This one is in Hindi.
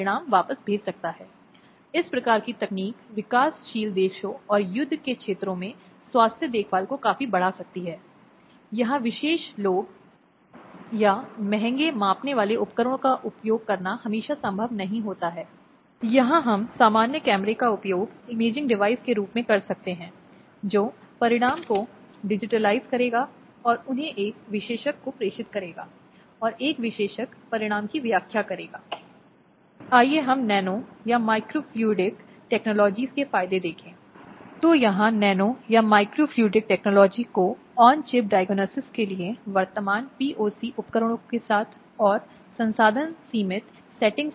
और इन अपराधों के कारण अपराध यौन उत्पीड़न आदि ने बढ़ती समस्याओं हिंसा के नए रूपों जो महिलाओं को प्रभावित कर रहे हैं की देखभाल करने की कोशिश की है इसी तरह 2000 के सूचना प्रौद्योगिकी कानून हैं 2008 में और संशोधन किए गए हैं जिसमें कई उल्लंघनों का ध्यान रखा गया है जो साइबर स्पेस में होते हैं शायद बदमाशी मानहानि घूरना आदि जिसमें पूरी तरह से अलग रूप लिया जाता है